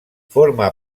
forma